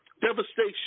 devastation